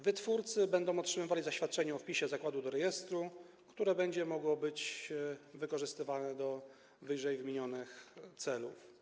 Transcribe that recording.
Wytwórcy będą otrzymywali zaświadczenie o wpisie zakładu do rejestru, które będzie mogło być wykorzystywane do ww. celów.